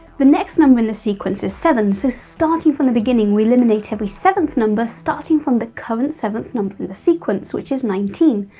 the next number in the sequence is seven, so starting from the beginning, we eliminate every seventh number starting from the current seventh number in the sequence which is nineteen,